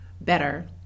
better